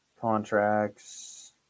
Contracts